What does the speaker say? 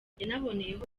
yanaboneyeho